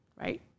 right